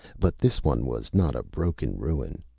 but this one was not a broken ruin.